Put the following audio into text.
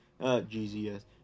GZS